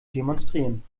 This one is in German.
demonstrieren